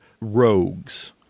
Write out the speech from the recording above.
Rogues